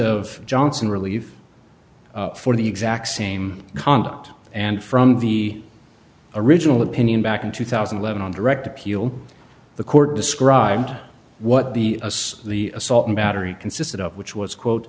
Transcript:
of johnson relief for the exact same conduct and from the original opinion back in two thousand and eleven on direct appeal the court described what the the assault and battery consisted of which was quote